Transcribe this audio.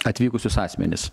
atvykusius asmenis